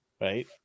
Right